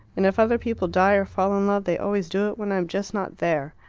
and if other people die or fall in love they always do it when i'm just not there.